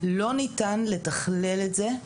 לא ניתן לתכלל את זה,